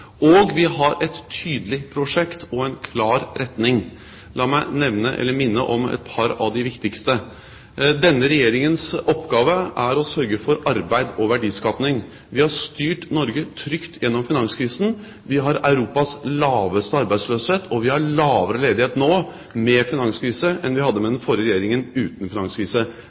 Vi har et tydelig prosjekt og en klar retning. La meg minne om et par av de viktigste. Denne regjeringens oppgave er å sørge for arbeid og verdiskaping. Vi har styrt Norge trygt gjennom finanskrisen. Vi har Europas laveste arbeidsløshet. Vi har lavere ledighet nå, med finanskrise, enn vi hadde med den forrige regjeringen uten finanskrise.